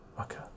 okay